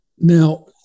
Now